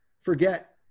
forget